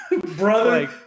Brother